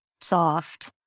soft